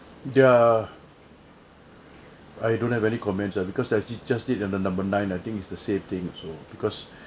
ya I don't have any comments err because I just did the number nine I think it's the same thing also because